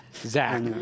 Zach